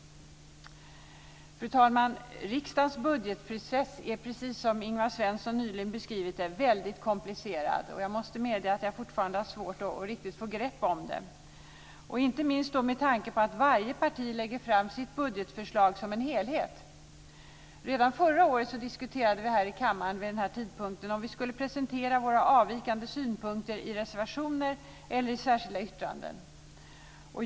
Fru talman! Riksdagens budgetprocess är, precis som Ingvar Svensson nyligen beskrivit, väldigt komplicerad. Jag måste medge att jag fortfarande har svårt att riktigt få grepp om den. Inte minst komplicerat blir det med tanke på att varje parti lägger fram sitt budgetförslag som en helhet. Redan förra året diskuterade vi här i kammaren vid den här tidpunkten om vi skulle presentera våra avvikande synpunkter i reservationer eller i särskilda yttranden.